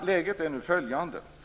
Läget är följande.